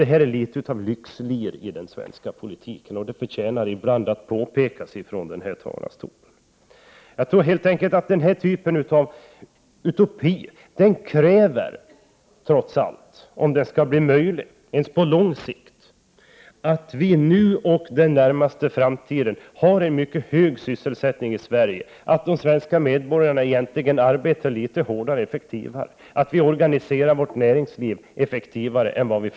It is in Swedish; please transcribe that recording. Det förtjänar ibland att påpekas från denna talarstol att det här nog kan sägas vara litet av ett slags ”lyxlir”. Jag tror helt enkelt att den här typen av utopier trots allt kräver — om man skall lyckas på lång sikt — att vi nu och inom den närmaste framtiden har en mycket hög sysselsättning i Sverige och att de svenska medborgarna arbetar litet hårdare och effektivare samt att vi organiserar vårt näringsliv effektivare än i dag.